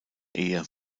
ehe